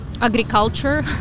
Agriculture